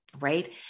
Right